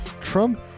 Trump